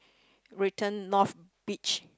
written north beach